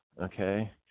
okay